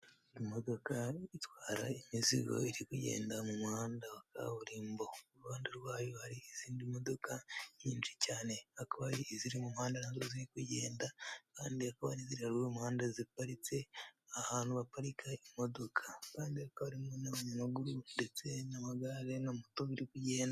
Imodoka itwara imizigo iri kugenda mu muhanda wa kaburimbo, iruhande rwayo hari izindi modoka nyinshi cyane, hakaba hari iziri muhanda nta nubwo ziri kugenda kandi hakaba n'iziri haruguru y'umuhanda ziparitse ahantu baparika imodoka kandi hakaba harimo n'abanyamaguru ndetse n'amagare na moto biri kugenda.